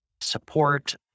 support